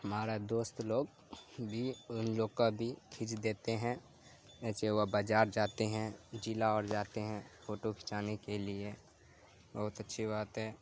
ہمارا دوست لوگ بھی ان لوگ کا بھی کھینچ دیتے ہیں جیسے ہو بازار جاتے ہیں ضلع اور جاتے ہیں فوٹو کھنچانے کے لیے بہت اچھی بات ہے